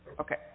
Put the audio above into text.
Okay